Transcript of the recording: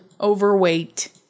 overweight